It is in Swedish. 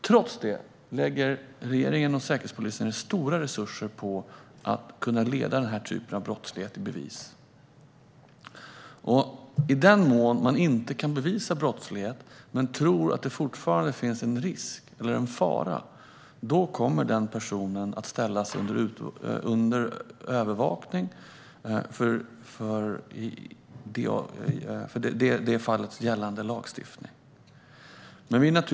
Trots detta lägger regeringen och Säkerhetspolisen stora resurser på att kunna leda detta slags brottslighet i bevis. I den mån man inte kan bevisa brott men tror att det fortfarande finns risk eller fara kommer personen i fråga att ställas under övervakning enligt i det fallet gällande lagstiftning.